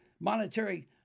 Monetary